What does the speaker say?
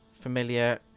familiar